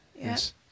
Yes